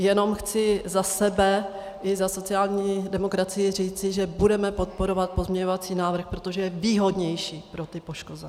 Jenom chci za sebe i za sociální demokracii říci, že budeme podporovat pozměňovací návrh, protože je výhodnější pro ty poškozené.